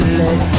let